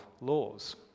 laws